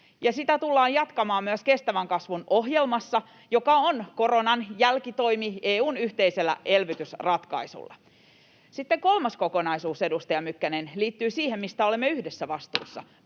tullaan jatkamaan myös kestävän kasvun ohjelmassa, joka on koronan jälkitoimi EU:n yhteisellä elvytysratkaisulla. Sitten kolmas kokonaisuus, edustaja Mykkänen, liittyy siihen, mistä olemme yhdessä vastuussa.